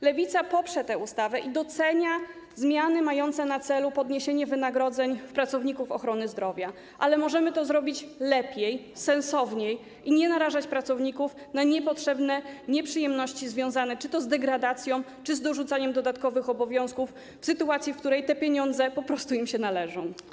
Lewica poprze tę ustawę i docenia zmiany mające na celu podniesienie wynagrodzeń pracowników ochrony zdrowia, ale możemy to zrobić lepiej, sensowniej i nie narażać pracowników na niepotrzebne nieprzyjemności związane czy to z degradacją, czy z dorzucaniem dodatkowych obowiązków w sytuacji, w której te pieniądze po prostu im się należą.